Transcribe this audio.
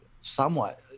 somewhat